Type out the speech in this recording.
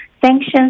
sanctions